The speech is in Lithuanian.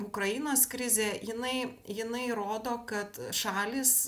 ukrainos krizė jinai jinai rodo kad šalys